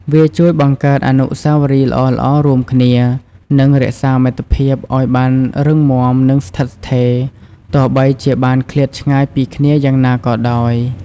វាជួយបង្កើតអនុស្សាវរីយ៍ល្អៗរួមគ្នា និងរក្សាមិត្តភាពឲ្យបានរឹងមាំ និងស្ថិតស្ថេរ ទោះបីជាបានឃ្លាតឆ្ងាយពីគ្នាយ៉ាងណាក៏ដោយ។